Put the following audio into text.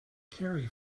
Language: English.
kerry